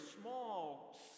small